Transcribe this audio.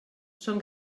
són